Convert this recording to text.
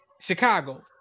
Chicago